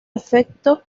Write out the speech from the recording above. efecto